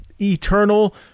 eternal